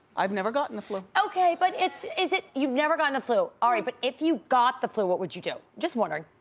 i've never gotten the flu. okay but is it you've never gotten the flu, all right. but if you got the flu, what would you do, just wondering?